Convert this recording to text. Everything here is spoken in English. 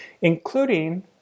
including